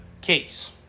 case